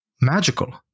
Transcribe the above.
magical